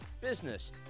business